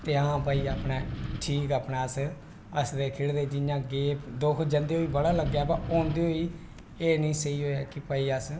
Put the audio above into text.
ते हां भाई ठीक अपने अस हसदे खेढदे दुख जंदे होई बड़ा लग्गेआ औंदे होई एह् नेईं स्हेई होआ कि भाई अस